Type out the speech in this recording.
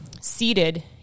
seated